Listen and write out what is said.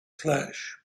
clash